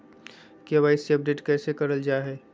KYC update कैसे करल जाहै?